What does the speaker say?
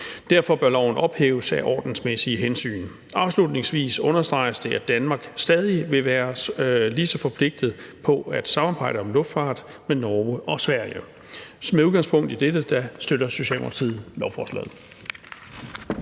Derfor bør loven ophæves af ordensmæssige hensyn. Afslutningsvis understreges det, at Danmark stadig vil være lige så forpligtet på at samarbejde om luftfart med Norge og Sverige. Og med udgangspunkt i dette støtter Socialdemokratiet lovforslaget.